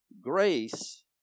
Grace